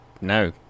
no